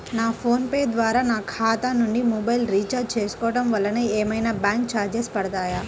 నా ఫోన్ ద్వారా నా ఖాతా నుండి మొబైల్ రీఛార్జ్ చేసుకోవటం వలన ఏమైనా బ్యాంకు చార్జెస్ పడతాయా?